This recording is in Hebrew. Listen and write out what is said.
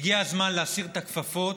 הגיע הזמן להסיר את הכפפות,